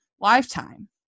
lifetime